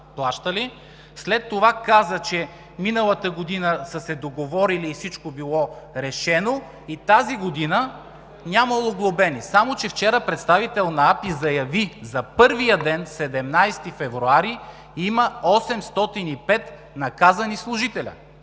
след това каза, че миналата година са се договорили и всичко било решено, и тази година нямало глобени. Само че вчера представител на АПИ заяви: „За първия ден – 17 февруари, има 805 наказани служители.“